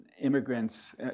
immigrants